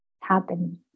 happening